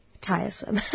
tiresome